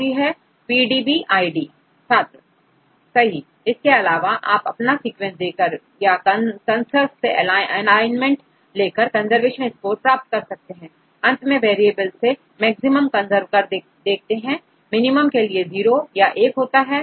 छात्र PDB ID सही इसके अलावा आप अपना सीक्वेंस देकर कर या Consurf से एलाइनमेंट लेकर कंजर्वेशन स्कोर प्राप्त कर सकते हैं अंत में वेरिएबल से लेकर मैक्सिमम कंजर्व तक देखते हैं मिनिमम के लिए 0 या 1 होता है